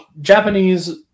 Japanese